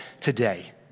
today